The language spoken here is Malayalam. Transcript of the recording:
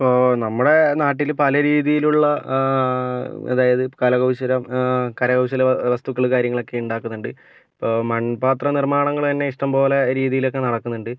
നമ്മുടെ നാട്ടിൽ പല രീതിയിലുള്ള അതായത് കലകൗശരം കരകൗശല വസ്തുക്കൾ കാര്യങ്ങളൊക്കെ ഉണ്ടാക്കുന്നുണ്ട് മൺപാത്ര നിർമ്മാണങ്ങൾ തന്നെ ഇഷ്ടംപോലെ രീതിയിലൊക്കെ നടക്കുന്നുണ്ട്